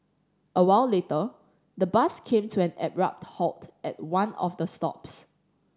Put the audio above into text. a while later the bus came to an abrupt halt at one of the stops